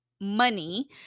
money